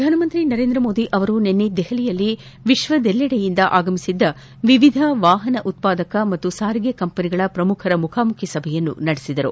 ಪ್ರಧಾನಮಂತ್ರಿ ನರೇಂದ್ರ ಮೋದಿ ಅವರು ನಿನ್ನೆ ನವದೆಹಲಿಯಲ್ಲಿ ವಿಶ್ವದೆಲ್ಲೆಡೆಯಿಂದ ಆಗಮಿಸಿದ್ದ ವಿವಿಧ ವಾಹನ ಉತ್ಪಾದಕ ಪಾಗೂ ಸಾರಿಗೆ ಕಂಪನಿಗಳ ಪ್ರಮುಖರ ಮುಖಾಮುಖಿ ಸಭೆಯನ್ನು ನಡೆಸಿದರು